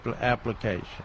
application